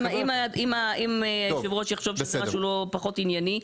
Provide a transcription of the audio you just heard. אם יושב הראש יחשוב שזה משהו פחות ענייני.